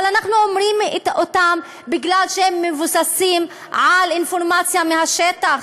אבל אנחנו אומרים אותם בגלל שהם מבוססים על אינפורמציה מהשטח,